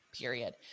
period